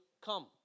come